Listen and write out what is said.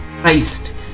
christ